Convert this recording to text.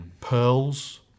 Pearls